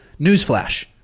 newsflash